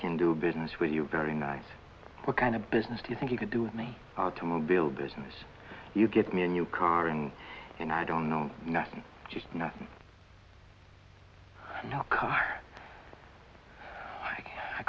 can do business with you very nice what kind of business do you think you could do with me automobile business you get me a new car and and i don't know nothing just nothing no car i